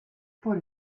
por